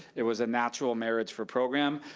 it was a natural marriage for program,